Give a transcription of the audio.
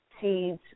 seeds